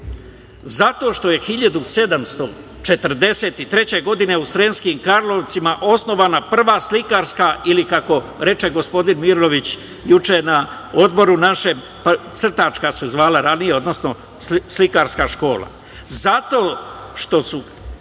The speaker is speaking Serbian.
zato što je 1743. godine u Sremskim Karlovcima osnovana prva slikarska, ili kako reče gospodin Mirović juče na Odboru, crtačka odnosno slikarska škola.